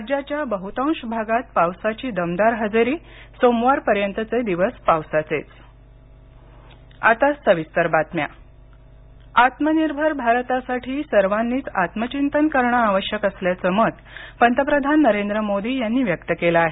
राज्याच्या बहुतांश भागात पावसाची दमदार हजेरी सोमवार पर्यंतचे दिवस पावसाचेच मोदी आत्मनिर्भर भारतासाठी सर्वांनीच आत्मचिंतन करणं आवश्यक असल्याचं मत पंतप्रधान नरेंद्र मोदी यांनी व्यक्त केलं आहे